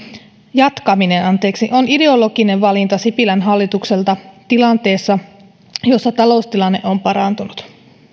jatkaminen on ideologinen valinta sipilän hallitukselta tilanteessa jossa taloustilanne on parantunut